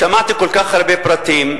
שמעתי כל כך הרבה פרטים.